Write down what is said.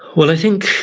well, i think,